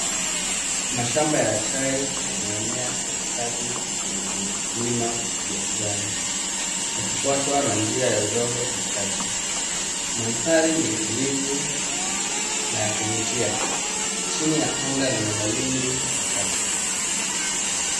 Mashamba ya chai yameenea kwa ustadhi kwenye vilima vya kijani, yakifuatwa na njia ya udongo katikati. Madhari ni tulivu na ya kuvutia chini ya anga lenye mawingu machache.